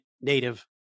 native